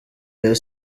rayon